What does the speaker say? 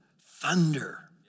thunder